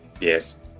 Yes